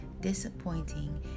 disappointing